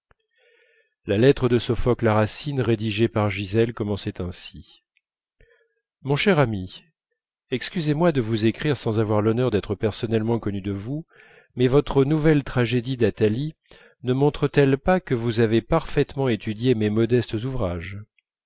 la lettre de sophocle à racine rédigée par gisèle commençait ainsi mon cher ami excusez-moi de vous écrire sans avoir l'honneur d'être personnellement connu de vous mais votre nouvelle tragédie d'athalie ne montre-t-elle pas que vous avez parfaitement étudié mes modestes ouvrages